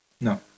No